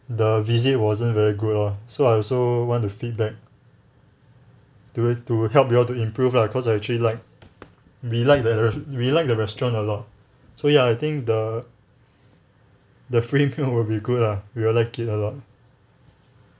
the visit wasn't very good loh so I also want to feedback to to help you all to improve lah because I actually like we like the rest~ we like the restaurant a lot so ya I think the the free meal will be good lah we will like it a lot